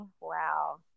Wow